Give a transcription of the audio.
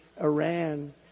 Iran